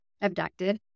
abducted